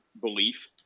belief